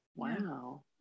Wow